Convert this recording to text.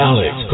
Alex